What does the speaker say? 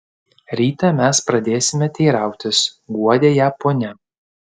rytą mes pradėsime teirautis guodė ją ponia